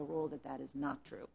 the rule that that is not true